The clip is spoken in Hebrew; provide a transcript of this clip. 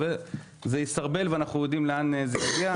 זה יסרבל ואנחנו יודעים לאן זה יגיע.